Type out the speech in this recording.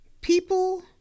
People